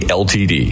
ltd